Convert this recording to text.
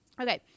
Okay